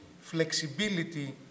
flexibility